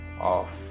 off